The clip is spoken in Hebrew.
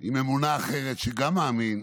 עם אמונה אחרת, שגם מאמין,